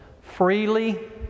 freely